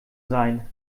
sein